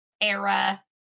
era